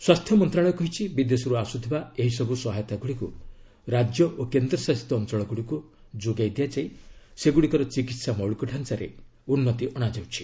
ସ୍ୱାସ୍ଥ୍ୟ ମନ୍ତ୍ରଣାଳୟ କହିଛି ବିଦେଶରୁ ଆସୁଥିବା ଏହିସବୁ ସହାୟତା ଗୁଡ଼ିକୁ ରାଜ୍ୟ ଓ କେନ୍ଦ୍ରଶାସିତ ଅଞ୍ଚଳ ଗୁଡ଼ିକୁ ଯୋଗାଇ ଦିଆଯାଇ ସେଗୁଡ଼ିକର ଚିକିତ୍ସା ମୌଳିକ ଡ଼ାଞାରେ ଉନ୍ନତି ଅଣାଯାଉଛି